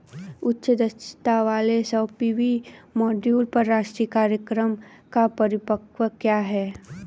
उच्च दक्षता वाले सौर पी.वी मॉड्यूल पर राष्ट्रीय कार्यक्रम का परिव्यय क्या है?